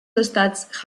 estats